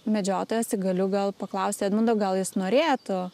medžiotojas tai galiu gal paklausti edmundo gal jis norėtų